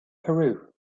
peru